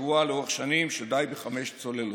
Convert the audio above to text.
הסבורה לאורך שנים שדי בחמש צוללות,